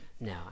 No